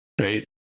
right